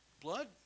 Blood